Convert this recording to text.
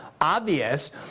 obvious